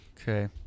Okay